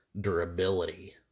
durability